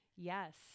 Yes